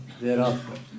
thereafter